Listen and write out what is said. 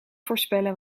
voorspellen